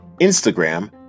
Instagram